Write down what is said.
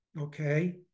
okay